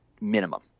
minimum